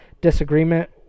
disagreement